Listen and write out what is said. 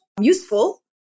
useful